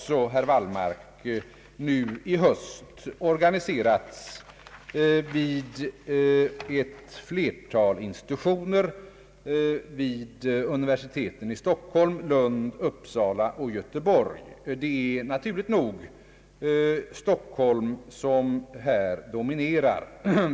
Så har skett i höst inom ett flertal institutioner vid universiteten i Stockholm, Lund, Uppsala och Göteborg. Naturligt nog är det Stockholm som dominerar.